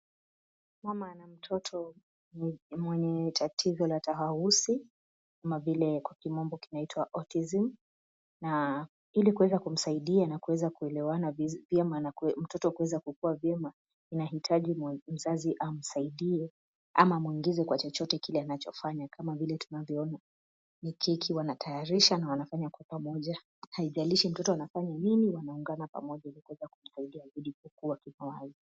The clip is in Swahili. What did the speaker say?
Mama ana mtoto mwenye tatizo la tahausi ama vile kwa kimombo kinaitwa autism na ili kuweza kumsaidia na mtoto kuweza kukua vyema inahitaji mzazi amsaidie ama amwongoze kwa chochote kile anachofanya kama vile tunavyoona ni keki wanatayarisha na wanafanya kwa pamoja. Haijalishi mtoto anafanya nini, wanaungana pamoja ili kuweza kumsaidia.